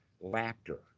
laughter